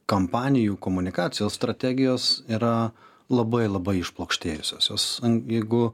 kampanijų komunikacijos strategijos yra labai labai išplokštėjusios jos jeigu